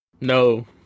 no